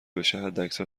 بشه، حداکثر